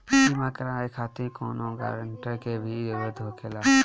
बीमा कराने खातिर कौनो ग्रानटर के भी जरूरत होखे ला?